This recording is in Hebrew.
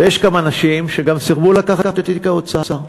ויש כמה אנשים שסירבו לקחת את תיק האוצר.